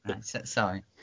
sorry